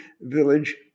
village